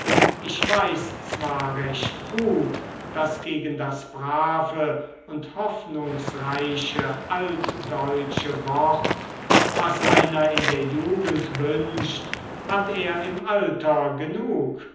ich weiß zwar recht gut daß gegen das brave und hoffnungsreiche altdeutsche wort was einer in der jugend wünscht hat er im alter genug